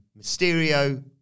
Mysterio